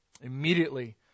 immediately